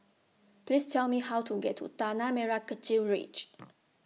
Please Tell Me How to get to Tanah Merah Kechil Ridge